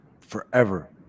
forever